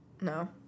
No